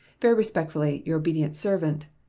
very respectfully, your obedient servant,